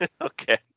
Okay